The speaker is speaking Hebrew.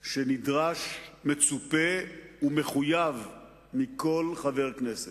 במנהג שנדרש, מצופה ומחויב מכל חבר הכנסת.